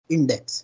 Index